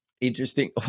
interesting